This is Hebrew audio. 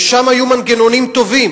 ושם היו מנגנונים טובים